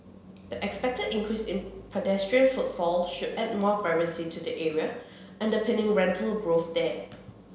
the expected increase in pedestrian footfall should add more vibrancy to the area underpinning rental growth there